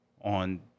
on